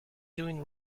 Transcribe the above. doing